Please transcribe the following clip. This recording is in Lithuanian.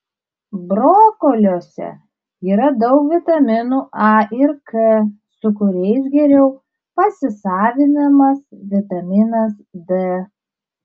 brokoliuose yra daug vitaminų a ir k su kuriais geriau pasisavinamas vitaminas d